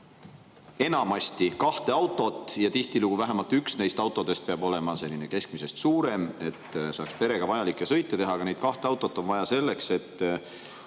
enamasti kahte autot ja tihtilugu vähemalt üks neist autodest peab olema keskmisest suurem, et saaks perega vajalikke sõite teha. Kahte autot on vaja selleks, et